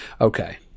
okay